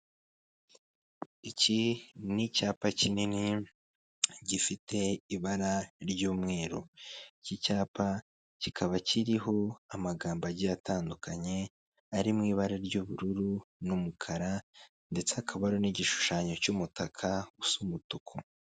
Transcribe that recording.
Iki ni icyapa kinini gifite ibara ry'umweru. Iki cyapa kikaba kiriho amagambo agiye atandukanye ari mu ibara ry'ubururu n'umukara ndetse hakaba hari n'igishushanyo cy'umutaka usa umutuku.